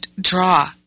draw